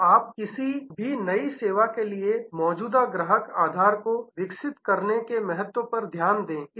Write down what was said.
तो पहले आप किसी भी नई सेवा के लिए मौजूदा ग्राहक आधार को विकसित करने के महत्व पर ध्यान दें